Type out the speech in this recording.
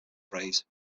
phrase